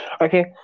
Okay